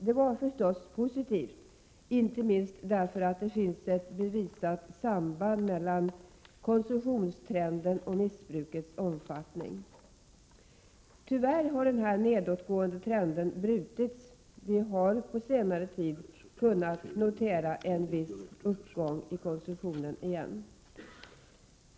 Det var förstås positivt, inte minst därför att det finns ett bevisat samband mellan konsumtionstrenden och missbrukets omfattning. Tyvärr har den här nedåtgående trenden brutits. Vi har på senare tid kunnat notera en viss uppgång i konsumtionen igen.